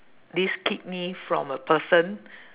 this kidney from a person